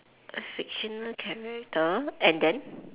a fictional character and then